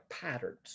patterns